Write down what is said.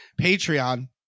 Patreon